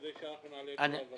כדי שאנחנו נעלה את זה לוועדה.